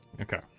Okay